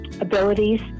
abilities